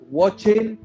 watching